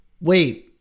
wait